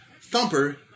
Thumper